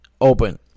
open